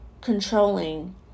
controlling